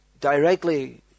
directly